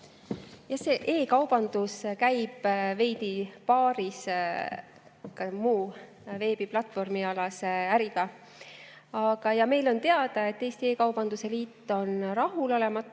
E‑kaubandus käib veidi paaris muu veebiplatvormiäriga. Meile on teada, et Eesti E-kaubanduse Liit on rahulolematu,